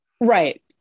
Right